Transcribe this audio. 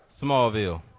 Smallville